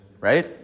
right